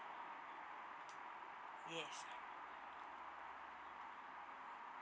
yes